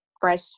fresh